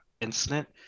incident